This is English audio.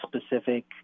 specific